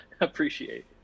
appreciate